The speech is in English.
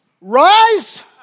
rise